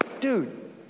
dude